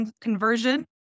conversion